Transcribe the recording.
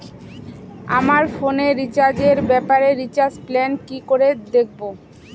আমার ফোনে রিচার্জ এর ব্যাপারে রিচার্জ প্ল্যান কি করে দেখবো?